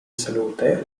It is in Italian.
salute